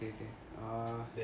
uh